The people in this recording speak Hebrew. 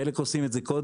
חלק עושים את זה קודם,